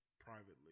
privately